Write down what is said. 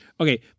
okay